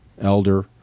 elder